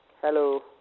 Hello